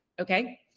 Okay